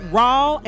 raw